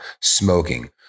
smoking